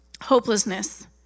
hopelessness